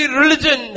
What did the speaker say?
religion